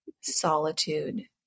solitude